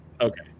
Okay